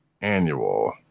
annual